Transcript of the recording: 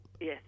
Yes